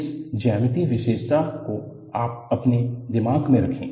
इस ज्यामितीय विशेषता को अपने दिमाग में रखें